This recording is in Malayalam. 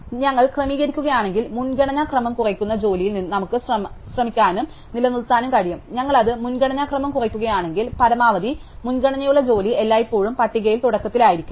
അതിനാൽ ഞങ്ങൾ ക്രമീകരിക്കുകയാണെങ്കിൽ മുൻഗണനാ ക്രമം കുറയ്ക്കുന്ന ജോലിയിൽ നമുക്ക് ശ്രമിക്കാനും നിലനിർത്താനും കഴിയും ഞങ്ങൾ അത് മുൻഗണനാക്രമം കുറയ്ക്കുകയാണെങ്കിൽ പരമാവധി മുൻഗണനയുള്ള ജോലി എല്ലായ്പ്പോഴും പട്ടികയുടെ തുടക്കത്തിൽ ആയിരിക്കും